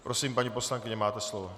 Prosím, paní poslankyně, máte slovo.